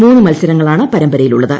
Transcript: മൂന്നു മൽസരങ്ങളാണ് പരമ്പരയിലുള്ളത്